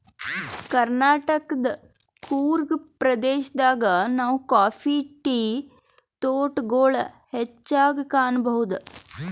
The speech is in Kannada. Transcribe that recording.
ಕರ್ನಾಟಕದ್ ಕೂರ್ಗ್ ಪ್ರದೇಶದಾಗ್ ನಾವ್ ಕಾಫಿ ಟೀ ತೋಟಗೊಳ್ ಹೆಚ್ಚಾಗ್ ಕಾಣಬಹುದ್